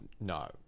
No